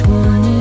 one